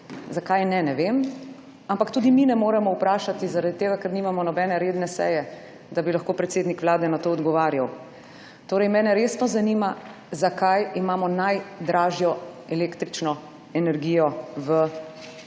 Zakaj ne, ne vem. Ampak tudi mi ne moremo vprašati, ker nimamo nobene redne seje, da bi lahko predsednik vlade na to odgovarjal. Mene resno zanima, zakaj imamo najdražjo električno energijo